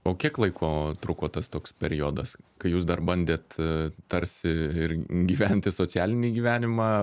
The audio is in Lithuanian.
o kiek laiko truko tas toks periodas kai jūs dar bandėt tarsi ir gyventi socialinį gyvenimą